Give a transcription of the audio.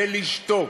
ולשתוק.